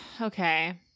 Okay